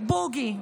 בוגי,